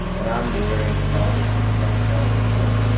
and i'm very into politics, as anybody that follows me knows,